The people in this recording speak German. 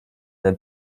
der